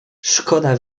szkoda